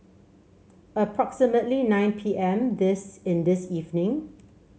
approximately nine P M this in this evening